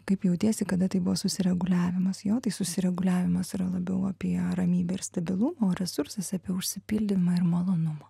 kaip jautiesi kada tai buvo susireguliavimas jo tai susireguliavimas yra labiau apie ramybę ir stabilumą o resursas apie užsipildymą ir malonumą